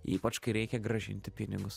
ypač kai reikia grąžinti pinigus